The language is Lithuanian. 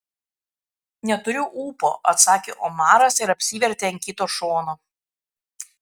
neturiu ūpo atsakė omaras ir apsivertė ant kito šono